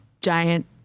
giant